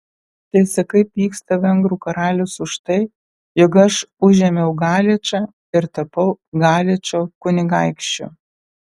tai sakai pyksta vengrų karalius už tai jog aš užėmiau galičą ir tapau galičo kunigaikščiu